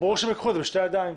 ברור שהיא תיקח את זה בשתי ידיים.